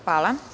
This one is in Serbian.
Hvala.